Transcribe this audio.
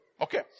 Okay